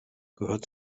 gehört